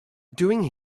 doing